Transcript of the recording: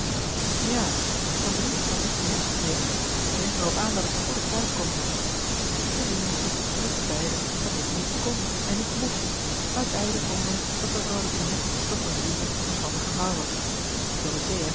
ja ik heb een brief van nicht tonnette gekregen die dringt er op aan dat ik spoedig thuis kom de riminietjes riepen beiden dat dit niet kon en niet mocht maar beiden vonden dat mevrouw de tonnette toch eene lieve verstandige vrouw was dorothea